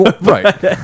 Right